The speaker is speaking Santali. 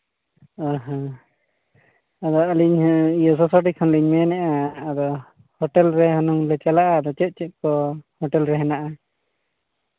ᱚᱸᱻ ᱦᱚᱸ ᱟᱵᱟᱨ ᱟᱹᱞᱤᱧ ᱤᱭᱟᱹ ᱥᱚᱥᱚᱰᱤ ᱠᱷᱚᱱᱞᱤᱧ ᱢᱮᱱᱮᱜᱼᱟ ᱟᱫᱚ ᱦᱳᱴᱮᱞ ᱨᱮ ᱟᱞᱮ ᱦᱚᱸᱞᱮ ᱪᱟᱞᱟᱜᱼᱟ ᱟᱫᱚ ᱪᱮᱫ ᱪᱮᱫ ᱠᱚ ᱦᱳᱴᱮᱞ ᱨᱮ ᱦᱮᱱᱟᱜᱼᱟ